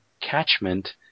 catchment